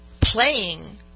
playing